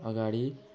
अगाडि